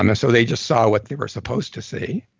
and so they just saw what they were supposed to see,